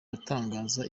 batangaza